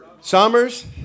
Summers